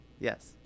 Yes